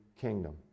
kingdom